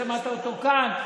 שמעת אותו כאן,